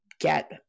get